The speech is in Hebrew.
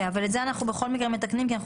את זה אנחנו בכל מקרה מתקנים כי אנחנו